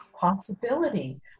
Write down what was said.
possibility